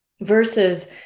versus